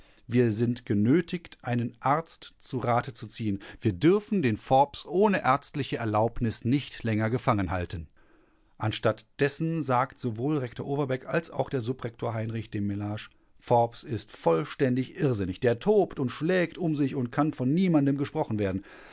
wir sind genötigt einen arzt zu rate zu ziehen wir dürfen den forbes ohne ärztliche erlaubnis nicht länger gefangen halten anstatt dessen sagt sowohl rektor overbeck als auch der subrektor heinrich dem mellage forbes ist vollständig irrsinnig der tobt und schlägt um sich und kann von niemandem gesprochen werden